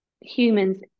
humans